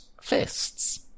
Fists